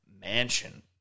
mansion